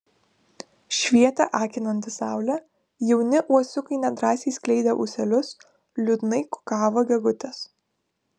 švietė akinanti saulė jauni uosiukai nedrąsiai skleidė ūselius liūdnai kukavo gegutės